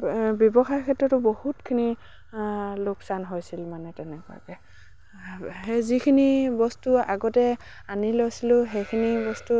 ব্যৱসায়ৰ ক্ষেত্ৰতো বহুতখিনি লোকচান হৈছিল মানে তেনেকুৱাকে সেই যিখিনি বস্তু আগতে আনি লৈছিলোঁ সেইখিনি বস্তু